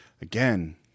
Again